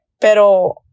Pero